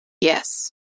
Yes